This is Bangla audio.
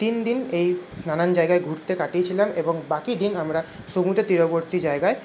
তিন দিন এই নানান জায়গায় ঘুরতে কাটিয়েছিলাম এবং বাকি দিন আমরা সমুদ্রের তীরবর্তী জায়গায়